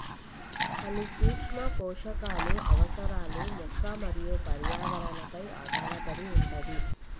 పలు సూక్ష్మ పోషకాలు అవసరాలు మొక్క మరియు పర్యావరణ పై ఆధారపడి వుంటది